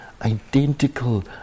identical